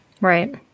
Right